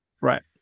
right